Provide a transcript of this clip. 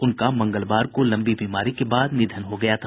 उनका मंगलवार को लंबी बीमारी के बाद निधन हो गया था